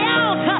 out